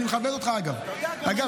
אני מכבד אותך, אגב.